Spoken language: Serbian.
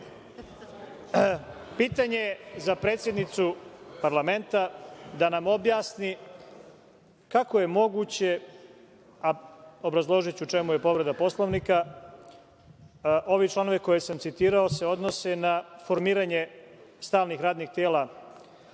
127.Pitanje za predsednicu parlamenta, da nam objasni, kako je moguće, a obrazložiću u čemu je povreda Poslovnika… Ovi članovi, koje sam citirao, se odnose na formiranje stalnih radnih tela